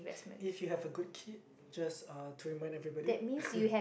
if you have a good kid just uh to remind everybody